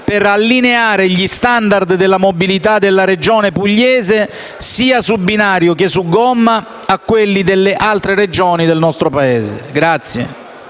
per allineare gli *standard* della mobilità della Regione pugliese, sia su binario che su gomma, a quelli delle altre Regioni del nostro Paese.